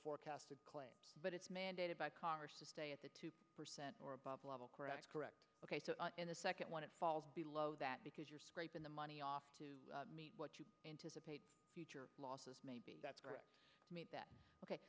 forecasted claims but it's mandated by congress to stay at the two percent or above level correct correct ok so in the second one it falls below that because you're scraping the money off to meet what you anticipate future losses may be that's correct that ok